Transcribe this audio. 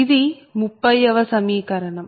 ఇది 30 వ సమీకరణం